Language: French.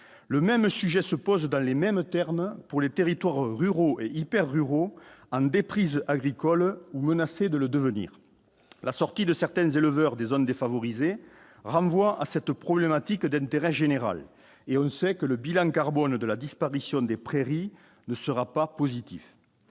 le même sujet se pose dans les mêmes termes pour les territoires ruraux et hyper ruraux en déprise agricole ou menacé de le devenir, la sortie de certaines éleveur des zones défavorisées renvoie à cette problématique d'intérêt général et on sait que le bilan carbone de la disparition des prairies ne sera pas positif,